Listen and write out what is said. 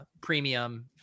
premium